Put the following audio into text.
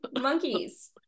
monkeys